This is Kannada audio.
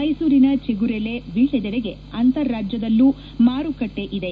ಮೈಸೂರಿನ ಚಿಗುರೆಲೆ ವೀಳ್ಳದೆಲೆಗೆ ಅಂತರಾಜ್ಯದಲ್ಲೂ ಮಾರುಕಟ್ಟೆ ಇದೆ